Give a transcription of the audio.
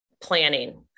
planning